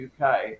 UK